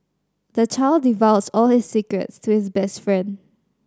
the child divulged all his secrets to his best friend